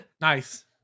Nice